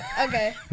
Okay